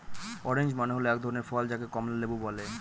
orange মানে হল এক ধরনের ফল যাকে কমলা লেবু বলে